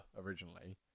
originally